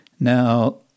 Now